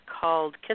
called